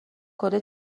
کلی